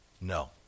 No